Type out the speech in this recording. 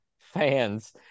fans